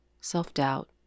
self-doubt